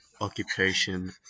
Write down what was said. occupation